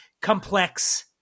complex